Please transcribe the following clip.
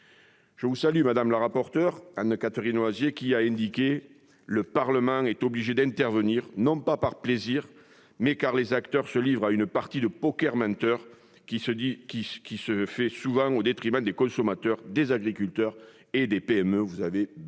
Je salue Mme la rapporteure, Anne-Catherine Loisier, qui a déclaré :« Le Parlement est obligé d'intervenir, non pas par plaisir, mais parce que les acteurs se livrent à une partie de " poker menteur " qui se fait souvent au détriment des consommateurs, des agriculteurs et des PME. » Vous avez bien raison,